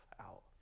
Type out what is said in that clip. out